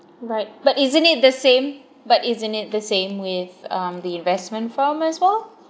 right but isn't it the same but isn't it the same with um the investment firm as well